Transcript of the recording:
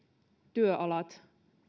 työalat